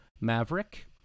Maverick